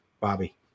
bobby